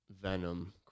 Venom